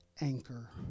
anchor